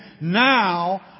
Now